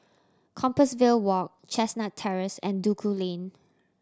Compassvale Walk Chestnut Terrace and Duku Lane